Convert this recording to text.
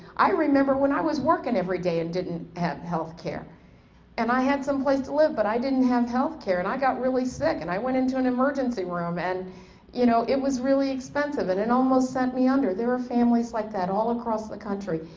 i remember when i was working every day and didn't have health care and i had some place to live but i didn't have health care and i got really sick and i went into an emergency room and you know it was really expensive and it almost sent me under there are families like that all across the country.